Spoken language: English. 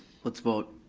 let's vote.